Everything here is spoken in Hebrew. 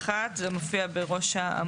השינוי.